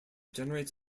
generates